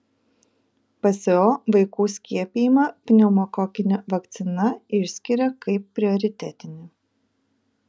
pso vaikų skiepijimą pneumokokine vakcina išskiria kaip prioritetinį